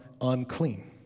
unclean